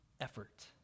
effort